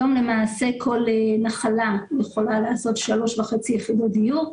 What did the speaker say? היום למעשה כל נחלה יכולה לעשות 3.5 יחידות דיור.